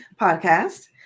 podcast